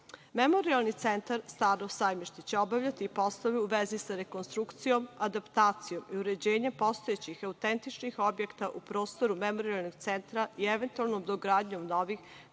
šupe“.Memorijalni centar „Staro sajmište“ će obavljati poslove u vezi sa rekonstrukcijom, adaptacijom i uređenjem postojećih autentičnih objekata u prostoru Memorijalnog centra i eventualnom dogradnjom novih